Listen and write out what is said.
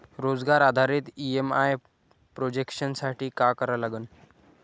रोजगार आधारित EMI projection साठी का करा लागन?